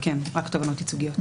ייצוגיות.